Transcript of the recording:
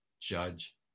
judge